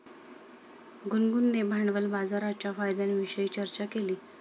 गुनगुनने भांडवल बाजाराच्या फायद्यांविषयी चर्चा केली